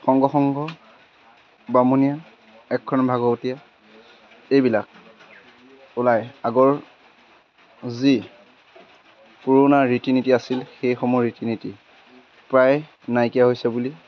শংকৰসংঘ বামুণীয়া এক শৰণ ভাগৱতীয়া এইবিলাক ওলাই আগৰ যি পুৰণা ৰীতি নীতি আছিল সেইসমূহ ৰীতি নীতি প্ৰায় নাইকিয়া হৈছে বুলি